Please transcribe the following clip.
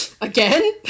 Again